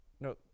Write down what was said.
No